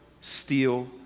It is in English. steal